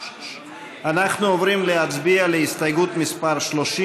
אנחנו עוברים להצביע על הסתייגות מס' 30,